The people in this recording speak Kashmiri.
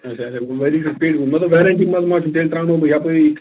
اَچھا اَچھا گوٚو ؤری کھنٛڈ پیٚوٕ مطلب ویرنٹی منٛز ما چھُو تیٚلہِ ترٛاونو بہٕ یپٲری